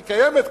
היא קיימת כבר,